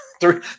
three